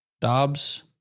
Dobbs